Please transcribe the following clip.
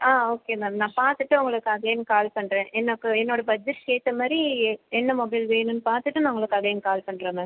ஆ okay ma'am நான் பார்த்துட்டு உங்களுக்கு அகைன் கால் பண்ணுறேன் எனக்கு என்னோட பட்ஜெட்டுக்கு ஏற்ற மாதிரி என்ன மொபைல் வேணும்னு பார்த்துட்டு நான் உங்களுக்கு அகைன் கால் பண்ணுறேன் மேம்